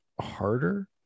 harder